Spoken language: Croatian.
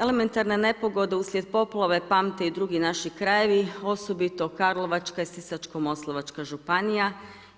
Elementarne nepogode uslijed poplave pamte i drugi naši krajevi, osobito Karlovačka i Sisačko moslavačka županija